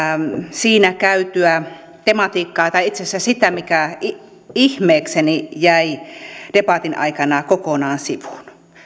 siinä käytyä tematiikkaa tai itse asiassa sitä mikä ihmeekseni jäi debatin aikana kokonaan sivuun